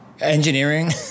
engineering